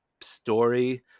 story